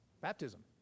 Baptism